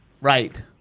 Right